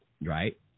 right